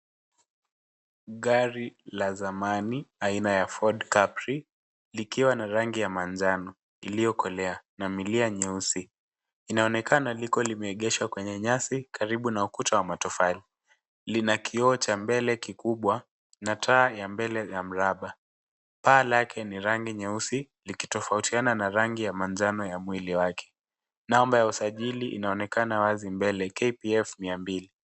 Gari la zamani aina ya Ford Capri likiwa na rangi ya manjano iliyokolea na milia nyeusi inaonekana liko limeegeshwa kwenye nyasi karibu na ukuta wa matofali. Lina kioo cha mbele kikubwa na taa ya mbele ya mraba. Paa lake ni rangi nyeusi likitofautiana na rangi ya manjano ya mwili wake. Namba ya usajili inaonekana wazi mbele KPF 200.